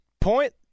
point